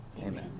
Amen